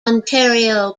ontario